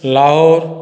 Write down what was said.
Lahore